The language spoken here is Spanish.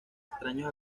extraños